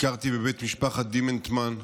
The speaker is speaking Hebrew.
ביקרתי בבית משפחת דימנטמן,